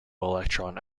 electron